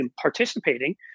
participating